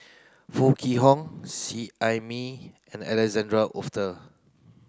Foo Kwee Horng Seet Ai Mee and Alexander Wolter